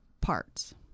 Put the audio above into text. parts